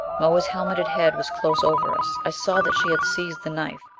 moa's helmeted head was close over us. i saw that she had seized the knife,